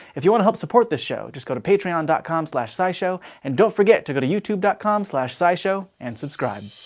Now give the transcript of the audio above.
if you want to help support this show just go to patreon and dot com slash scishow and don't forget to go to youtube dot com slash scishow and subscribe